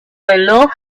reloj